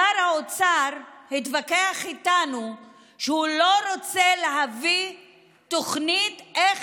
שר האוצר התווכח איתנו שהוא לא רוצה להביא תוכנית איך